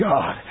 God